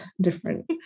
different